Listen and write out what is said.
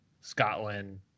scotland